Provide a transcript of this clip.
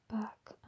back